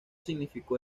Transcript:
significó